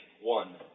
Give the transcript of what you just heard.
One